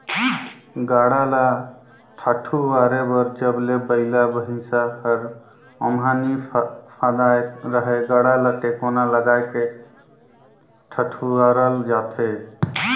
गाड़ा ल ठडुवारे बर जब ले बइला भइसा हर ओमहा नी फदाय रहेए गाड़ा ल टेकोना लगाय के ठडुवारल जाथे